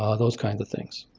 ah those kinds of things.